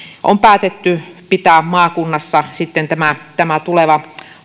on päätetty pitää maakunnassa tämä tämä tuleva